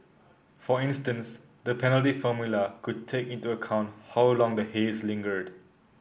for instance the penalty formula could take into account how long the haze lingered